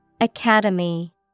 Academy